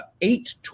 Eight